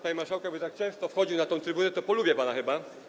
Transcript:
Panie marszałku, jak będę tak często wchodził na tę trybunę, to polubię pana chyba.